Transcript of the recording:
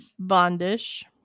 Bondish